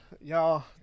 y'all